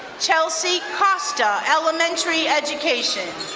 chelsea costa, elementary education.